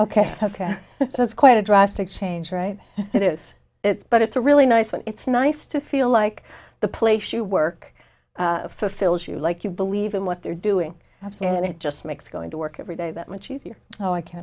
ok ok that's quite a drastic change right it is it's but it's a really nice when it's nice to feel like the place you work fulfills you like you believe in what they're doing and it just makes going to work everyday that much easier oh i can